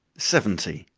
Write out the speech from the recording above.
seventy.